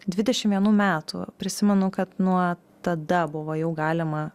dvidešim vienų metų prisimenu kad nuo tada buvo jau galima